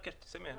נכון.